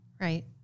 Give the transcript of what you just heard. Right